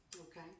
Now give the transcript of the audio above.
Okay